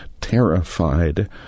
terrified